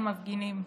על מפגינים,